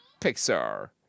Pixar